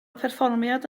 perfformiad